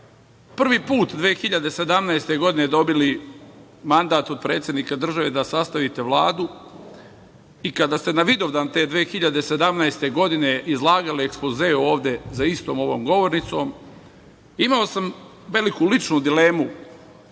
prvi put 2017. godine dobili mandat od predsednika države da sastavite Vladu i kada ste na Vidovdan te 2017. godine izlagali ekspoze ovde za istom ovom govornicom, imao sam veliku ličnu dilemu